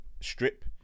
Strip